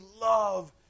love